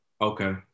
Okay